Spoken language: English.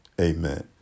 amen